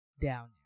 down